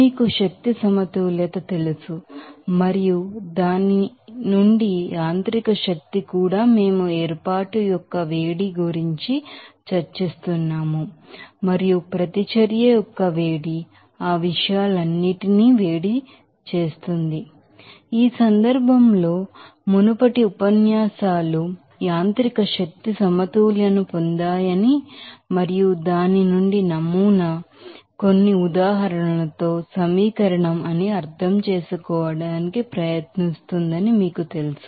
మీకు energy balance తెలుసు మరియు దాని నుండి మెకానికల్ ఎనర్జీ కూడా మేము ఏర్పాటు యొక్క వేడి గురించి చర్చిస్తున్నాము మరియు ప్రతిచర్య యొక్క వేడి ఆ విషయాలన్నింటినీ వేడి చేస్తుంది ఈ సందర్భంలో మునుపటి ఉపన్యాసాలు మెకానికల్ ఎనర్జీ బాలన్స్ ను పొందాయని మరియు దాని నుండి నమూనా కొన్ని ఉదాహరణలతో సమీకరణం అని అర్థం చేసుకోవడానికి ప్రయత్నిస్తుందని మీకు తెలుసు